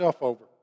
over